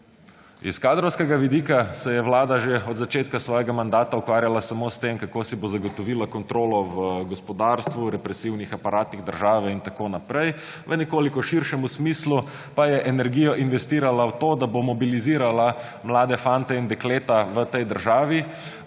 S kadrovskega vidika se je Vlada že od začetka svojega mandata ukvarjala samo s tem, kako si bo zagotovila kontrolo v gospodarstvu, represivnih aparatih države in tako naprej, v nekoliko širšemu smislu pa je energijo investirala v to, da bo mobilizirala mlade fante in dekleta v tej državi